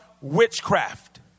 witchcraft